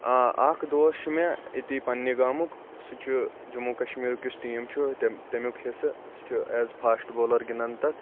آ اکھ دوس چھُ مےٚ ییٚتی پَننہِ گامُک سُہ چھُ جموں کَشمیٖرُک یُس ٹیٖم چھُ تمہِ تمیُک حِصہٕ سُہ چھُ ایٚز فاسٹ بالَر گِنٛدان تَتھ